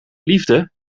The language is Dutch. liefde